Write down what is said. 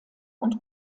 und